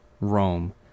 Rome